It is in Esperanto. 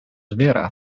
vera